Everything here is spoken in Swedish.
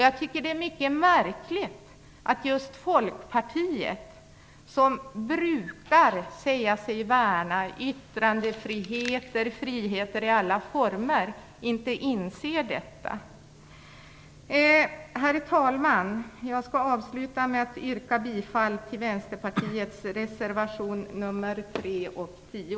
Jag tycker att det är märkligt att just Folkpartiet, som brukar säga sig värna yttrandefriheten och friheter i alla former, inte inser detta. Herr talman! Jag skall avsluta med att yrka bifall till Vänsterpartiets reservationer 3 och 10.